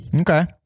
Okay